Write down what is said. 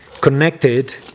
connected